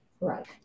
Right